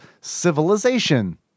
Civilization